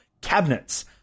cabinets